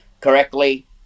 correctly